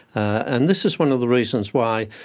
and this is one of the reasons why